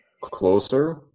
Closer